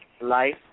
life